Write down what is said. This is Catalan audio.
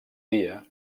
dia